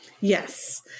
Yes